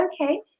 Okay